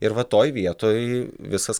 ir vat toj vietoj visas